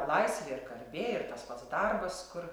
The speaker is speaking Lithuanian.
laisvė ir garbė ir tas pats darbas kur